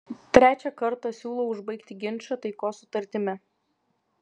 trečią kartą siūlau užbaigti ginčą taikos sutartimi